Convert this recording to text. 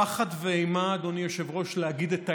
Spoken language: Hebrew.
פחד ואימה, אדוני היושב-ראש, להגיד את האמת,